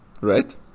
right